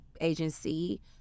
agency